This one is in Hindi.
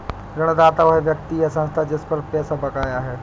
ऋणदाता वह व्यक्ति या संस्था है जिस पर पैसा बकाया है